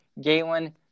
galen